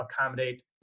accommodate